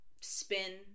spin